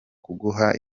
kuguha